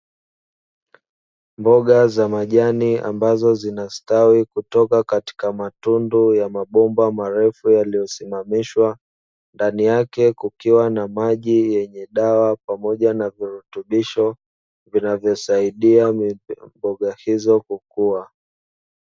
Mboga za majani ambazo zinastawi kutoka katika matundu ya mabomba marefu yaliyosimamishwa, ndani yake kukiwa na maji yenye dawa pamoja na virutubisho vinavyosaidia mboga hizo kukua.